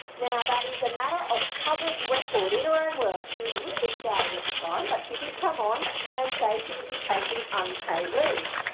now that is a matter of public record, in her own words she was a little bit shouty at the time but she did come on and say she would be taking unpaid leave.